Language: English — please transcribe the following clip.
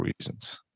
reasons